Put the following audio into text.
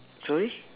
sorry